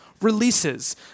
releases